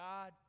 God